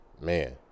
Man